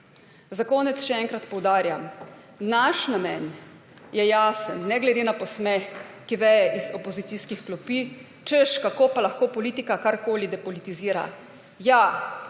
Za konec še enkrat poudarjam, naš namen je jasen. Ne glede na posmeh, ki veja iz opozicijskih klopi, češ, kako pa lahko politika karkoli depolitizira. Ja,